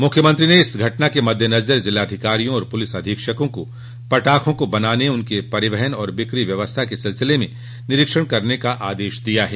मुख्यमंत्री ने इस घटना के मद्देनज़र ज़िलाधिकारियों और पुलिस अधीक्षकों को पटाखों को बनाने उनकी परिवहन और बिक्री व्यवस्था के सिलसिले में निरीक्षण करने का आदेश दिया है